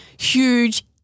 huge